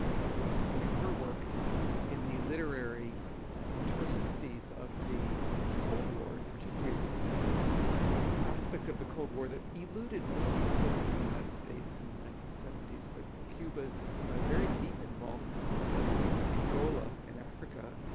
who will explain her work in the literary interstices of the cold war, and in particularly the, the aspect of the cold war that eluded most of us growing up in the united states in the nineteen seventy s. but cuba's very deep involvement with angola, in africa,